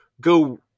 go